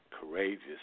courageous